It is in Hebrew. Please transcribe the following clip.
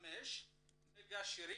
2.5 מגשרים